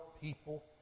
people